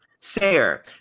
Sayer